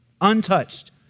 Untouched